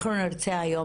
אנחנו נרצה היום